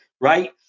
right